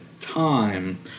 time